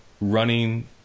running